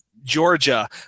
georgia